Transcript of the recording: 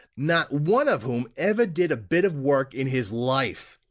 not one of whom ever did a bit of work in his life!